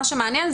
מה שמעניין,